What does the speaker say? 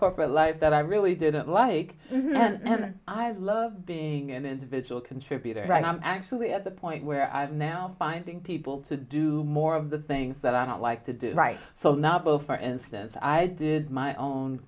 corporate life that i really didn't like or i love being an individual contributor i'm actually at the point where i'm now finding people to do more of the things that i don't like to do write so novel for instance i did my own